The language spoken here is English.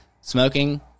smoking